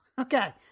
Okay